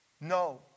No